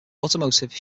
automotive